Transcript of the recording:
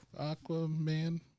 Aquaman